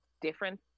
different